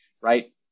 right